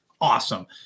awesome